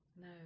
no